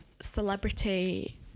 celebrity